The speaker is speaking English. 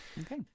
Okay